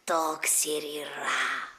toks ir yra